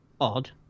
odd